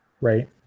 Right